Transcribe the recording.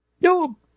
No